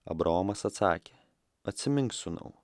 abraomas atsakė atsimink sūnau